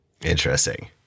Interesting